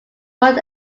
word